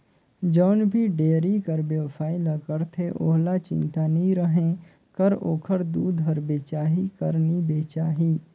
जउन भी डेयरी कर बेवसाय ल करथे ओहला चिंता नी रहें कर ओखर दूद हर बेचाही कर नी बेचाही